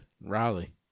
Riley